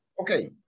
Okay